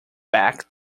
back